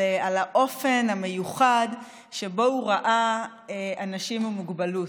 האופן המיוחד שבו הוא ראה אנשים עם מוגבלות.